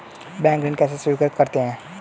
Bank ऋण कैसे स्वीकृत करते हैं?